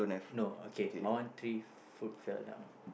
no okay my one three fruit fell down